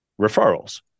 referrals